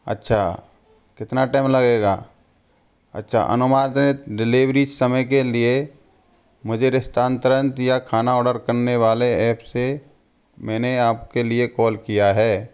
अच्छा कितना टाइम लगेगा अच्छा अनुमादित डिलेवरी समय के लिए मुझे स्थानांतरण या खाना ऑर्डर करने वाले ऐप से मैंने आपके लिए कॉल किया है